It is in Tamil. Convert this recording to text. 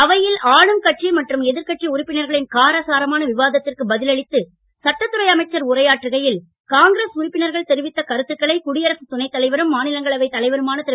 அவையில் ஆளும் கட்சி மற்றும் எதிர் கட்சி உறுப்பினர்களின் காரசாரமான விவாத்த்திற்கு பதில் அளித்து சட்டத்துறை அமைச்சர் உரையாற்றுகையில் காங்கிரஸ் உறுப்பினர்கள் தெரிவித்த கருத்துக்களை குடியரசுத் துணைத் தலைவரும் மாநிலங்களவை தலைவருமான திரு